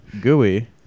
Gooey